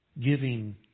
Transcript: giving